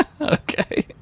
Okay